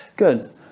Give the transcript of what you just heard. Good